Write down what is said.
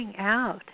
out